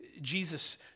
Jesus